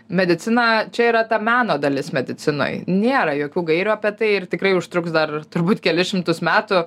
medicina čia yra ta meno dalis medicinoj nėra jokių gairių apie tai ir tikrai užtruks dar turbūt kelis šimtus metų